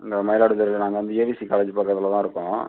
இந்த மயிலாடுதுறையில் நாங்கள் வந்து ஏவிசி காலேஜுக்கு பக்கத்தில் தான் இருக்கோம்